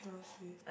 cannot say